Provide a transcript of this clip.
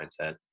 mindset